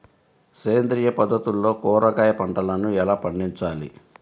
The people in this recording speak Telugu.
సేంద్రియ పద్ధతుల్లో కూరగాయ పంటలను ఎలా పండించాలి?